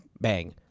Bang